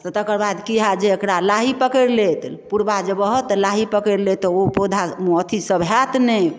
तऽ तकर बाद की होयत जे एकरा लाही पकड़ि लेत पुरबा जे बहत तऽ लाही पकड़ि लेत तऽ ओ पौधा अथी सब होयत नहि